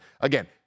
Again